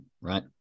right